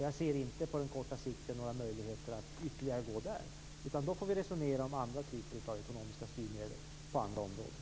Jag ser inte på kort sikt några möjligheter att gå längre där. Då får vi i stället resonera om andra typer av ekonomiska styrmedel på andra områden.